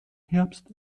herbst